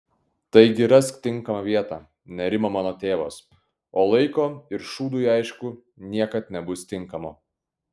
taigi rask tinkamą vietą nerimo mano tėvas o laiko ir šūdui aišku niekad nebus tinkamo